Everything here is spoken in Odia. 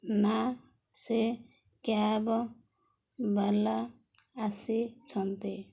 ନା ସେ କ୍ୟାବ ବାଲା ଆସିଛନ୍ତି